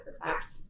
perfect